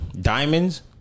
Diamonds